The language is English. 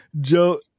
Joe